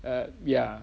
err yeah